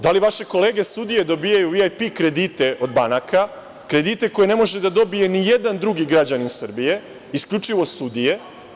Da li vaše kolege sudije dobijaju VIP kredite od banaka, kredite koje ne može da dobije nijedan drugi građanin Srbije, isključivo sudije?